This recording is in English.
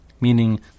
meaning